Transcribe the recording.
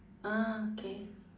ah okay